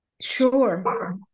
Sure